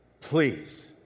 please